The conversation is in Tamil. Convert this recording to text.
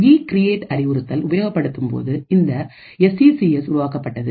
இ கிரியேட் அறிவுறுத்தல் உபயோகப்படுத்தும் போது இந்த எஸ் இ சி எஸ் உருவாக்கப்பட்டது